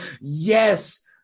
yes